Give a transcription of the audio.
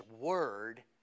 word